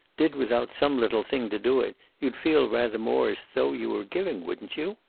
did without some little thing to do it, you'd feel rather more as though you were giving, wouldn't you?